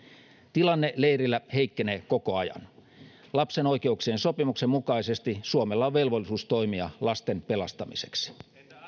tilanne leirillä heikkenee koko ajan lapsen oikeuksien sopimuksen mukaisesti suomella on velvollisuus toimia lasten pelastamiseksi